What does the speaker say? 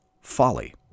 folly